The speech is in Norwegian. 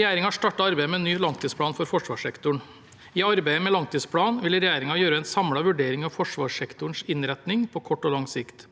Regjeringen har startet arbeidet med en ny langtidsplan for forsvarssektoren. I arbeidet med langtidsplanen vil regjeringen gjøre en samlet vurdering av forsvarssektorens innretning, på kort og lang sikt.